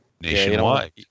Nationwide